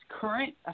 current